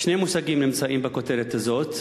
שני מושגים נמצאים בכותרת הזאת: